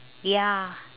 ya